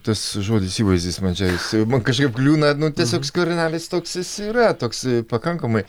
tas žodis įvaizdis man čia jisai man čia kažkaip kliūna nu tiesiog skvernelis toks jis yra toks pakankamai